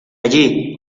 allí